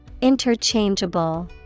Interchangeable